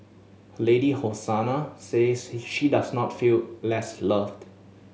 her lady Hosanna says he she does not feel less loved